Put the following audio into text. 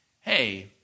hey